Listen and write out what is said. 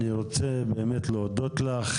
אני רוצה באמת להודות לך.